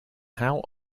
how